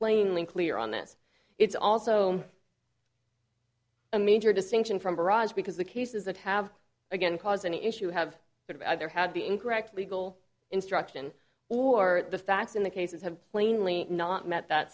plainly clear on this it's also a major distinction from barraged because the cases that have again cause an issue have that either had the incorrect legal instruction or the facts in the cases have plainly not met that